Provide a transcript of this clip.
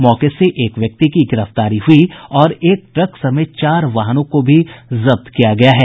मौके से एक व्यक्ति की गिरफ्तारी हुयी और एक ट्रक समेत चार वाहनों को भी जब्त किया गया है